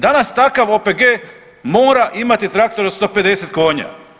Danas takav OPG mora imati traktor od 150 konja.